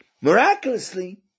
Miraculously